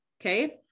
Okay